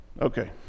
Okay